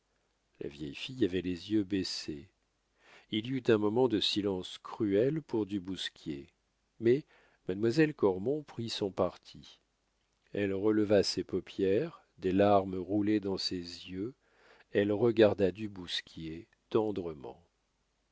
la vieille fille avait les yeux baissés il y eut un moment de silence cruel pour du bousquier mais mademoiselle cormon prit son parti elle releva ses paupières des larmes roulaient dans ses yeux elle regarda du bousquier tendrement